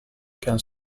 can